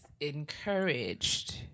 Encouraged